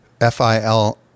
F-I-L